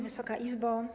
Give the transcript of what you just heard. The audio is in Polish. Wysoka Izbo!